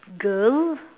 girl